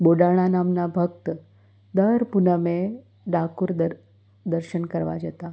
બોડાણા નામના ભક્ત દર પૂનમે ડાકોર દર દર્શન કરવા જતાં